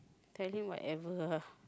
tell him whatever ah